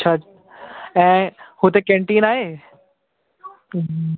अच्छा ऐं हुते कैंटिन आहे